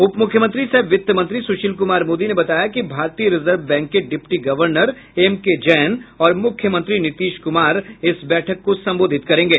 उपमुख्यमंत्री सह वित्त मंत्री सुशील कुमार मोदी ने बताया कि भारतीय रिजर्व बैंक के deputy governor M K Jain और मुख्यमंत्री नीतीश कुमार भी इस बैठक को संबोधित करेंगे